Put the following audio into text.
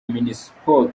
minispoc